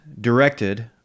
directed